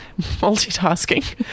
Multitasking